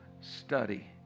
study